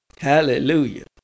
Hallelujah